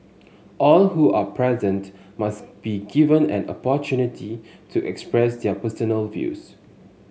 all who are present must be given an opportunity to express their personal views